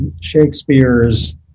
Shakespeare's